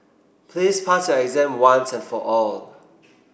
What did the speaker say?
please pass your exam once and for all